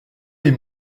les